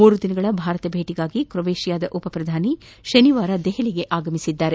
ಮೂರು ದಿನಗಳ ಭಾರತ ಭೇಟಿಗಾಗಿ ಕ್ರೊವೇಷಿಯಾ ಉಪಪ್ರಧಾನಿ ಶನಿವಾರ ದೆಹಲಿಗೆ ಆಗಮಿಸಿದ್ದಾರೆ